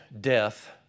death